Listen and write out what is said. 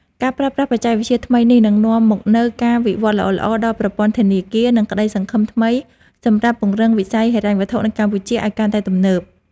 ការប្រើប្រាស់បច្ចេកវិទ្យាថ្មីនេះនឹងនាំមកនូវការវិវត្តល្អៗដល់ប្រព័ន្ធធនាគារ និងក្តីសង្ឃឹមថ្មីសម្រាប់ពង្រឹងវិស័យហិរញ្ញវត្ថុនៅកម្ពុជាឱ្យកាន់តែទំនើប។